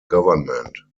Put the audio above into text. government